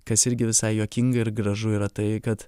kas irgi visai juokinga ir gražu yra tai kad